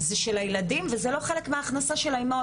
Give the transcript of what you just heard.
זה של הילדים וזה לא חלק מההכנסה של האימהות,